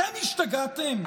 אתם השתגעתם?